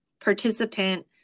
participant